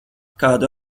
kādu